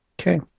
Okay